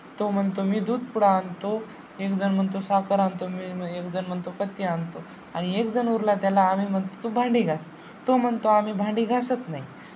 तो म्हणतो मी दूध पुडा आणतो एकजण म्हणतो साखर आणतो मी एकजण म्हणतो पत्ती आणतो आणि एकजण उरला त्याला आम्ही म्हणतो तू भांडी घास तो म्हणतो आम्ही भांडी घासत नाही